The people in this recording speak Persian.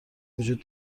وجود